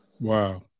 wow